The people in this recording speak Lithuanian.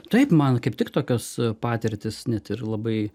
taip man kaip tik tokios patirtys net ir labai